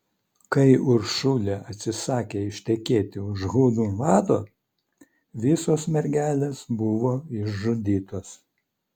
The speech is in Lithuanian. kai uršulė atsisakė ištekėti už hunų vado visos mergelės buvo išžudytos